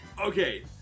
Okay